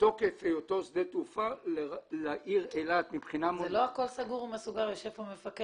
כדי לנסוע ולהגיע לשדה כמה שיותר מהר אם צריך תגבורת,